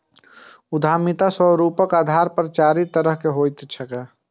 उद्यमिता स्वरूपक आधार पर चारि तरहक होइत छैक